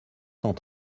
cent